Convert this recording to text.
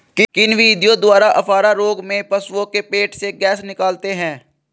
किन विधियों द्वारा अफारा रोग में पशुओं के पेट से गैस निकालते हैं?